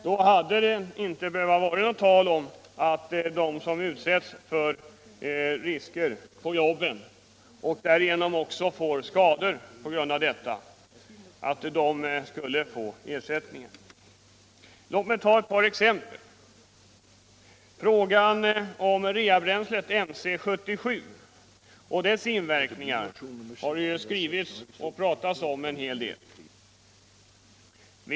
Då hade det inte behövts någon diskussion om att de som utsätts för risker på jobbet och får skador genom detta även skulle få ersättning. Låt mig ta ett par exempel. Reabränslet Mc 77 och dess inverkningar har det skrivits och pratats en hel del om.